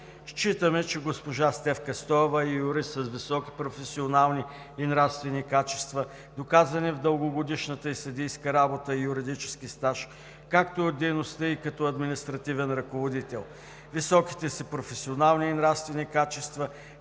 Считаме, че госпожа Стефка Стоева е юрист с високи професионални и нравствени качества, доказани в дългогодишната ѝ съдийска работа и юридически стаж, както и от дейността ѝ като административен ръководител. Високите си професионални и нравствени качества